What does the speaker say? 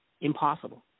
impossible